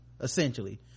essentially